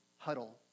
huddle